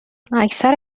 اکثر